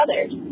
others